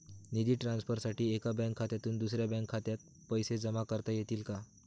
निधी ट्रान्सफरसाठी एका बँक खात्यातून दुसऱ्या बँक खात्यात पैसे जमा करता येतील का?